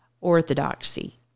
orthodoxy